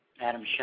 Adam